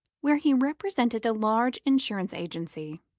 where he represented a large insurance agency.